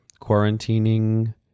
quarantining